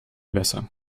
besser